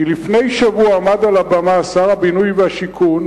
כי לפני שבוע עמד על הבמה שר הבינוי והשיכון